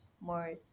more